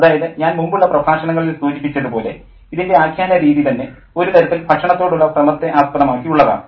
അതായത് ഞാൻ മുമ്പുള്ള പ്രഭാഷണങ്ങളിൽ സൂചിപ്പിച്ചതു പോലെ ഇതിൻ്റെ ആഖ്യാന രീതി തന്നെ ഒരു തരത്തിൽ ഭക്ഷണത്തോടുള്ള ഭ്രമത്തെ ആസ്പദമാക്കി ഉള്ളതാണ്